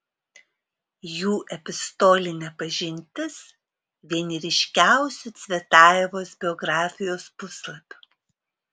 jų epistolinė pažintis vieni ryškiausių cvetajevos biografijos puslapių